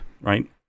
right